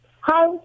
Hi